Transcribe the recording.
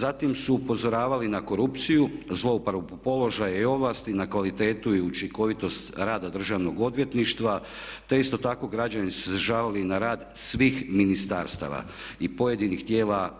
Zatim su upozoravali na korupciju, zlouporabu položaja i ovlasti, na kvalitetu i učinkovitost rada Državnog odvjetništva te isto trako građani su se žalili na rad svih ministarstava i pojedinih tijela